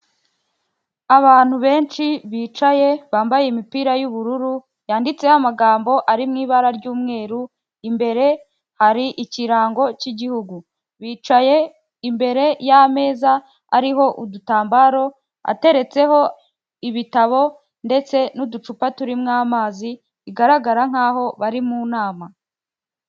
Abantu benshi bicaye bambaye imipira y'ubururu yanditseho amagambo ari mu ibara ry'umweru, imbere hari ikirango cy'Igihugu, bicaye imbere y'ameza ariho udutambaro ateretseho ibitabo ndetse n'uducupa turimo amazi igaragara nk'aho bari mu nama.